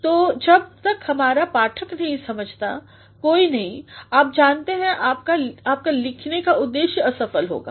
तो जब तक हमारा पाठक नहीं समझता कोई नहीं आप जानते हैं आपका लिखने का उद्देश्य असफल होता है